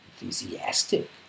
enthusiastic